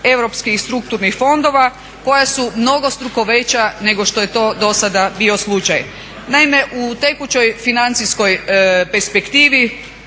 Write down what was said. europskih strukturnih fondova koja su mnogostruko veća nego što je to do sada bio slučaj. Naime, u tekućoj financijskoj perspektivi